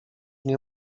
nie